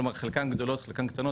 כלומר חלקן גדולות חלקן קטנות,